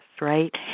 right